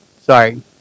Sorry